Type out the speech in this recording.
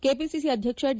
KPCC ಅಧ್ವಕ್ಷ D